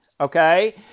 okay